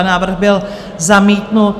Návrh byl zamítnut.